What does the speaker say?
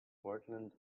portland